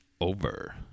over